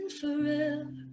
forever